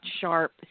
sharp